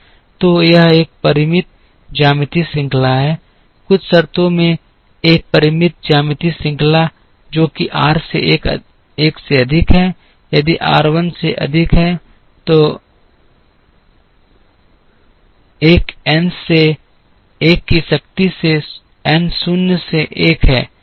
तो यह एक परिमित ज्यामितीय श्रंखला है कुछ शर्तों में एक परिमित ज्यामितीय श्रंखला है जो कि r से 1 से अधिक है यदि r 1 से अधिक है तो 1 n से 1 की शक्ति से n शून्य से 1 है